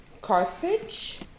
Carthage